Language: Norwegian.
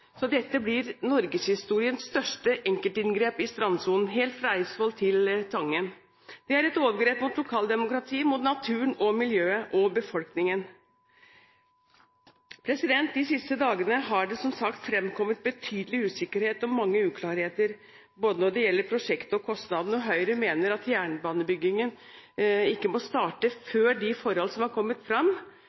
Dette blir norgeshistoriens største enkeltinngrep i strandsonen, helt fra Eidsvoll til Tangen. Det er et overgrep mot lokaldemokratiet, mot naturen, mot miljøet og mot befolkningen. De siste dagene har det, som sagt, fremkommet betydelig usikkerhet og mange uklarheter både når det gjelder prosjektet og kostnadene. Høyre mener at jernbanebyggingen ikke må starte før de forhold som er kommet fram,